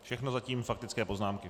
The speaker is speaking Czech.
Všechno zatím faktické poznámky.